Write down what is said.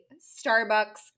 Starbucks